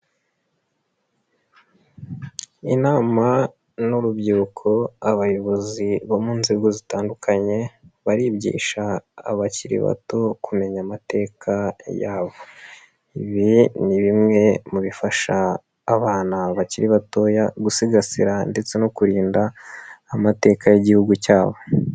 Inama n'urubyiruko abayobozi bo mu nzego zitandukanye barigisha abakiri bato kumenya amateka yabo, ibi ni bimwe mu bifasha abana bakiri batoya gusigasira ndetse no kurinda amateka y'igihugu cyabo.